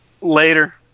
Later